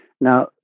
Now